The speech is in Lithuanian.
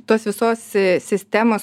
tos visos sistemos